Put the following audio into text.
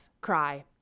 cry